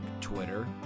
Twitter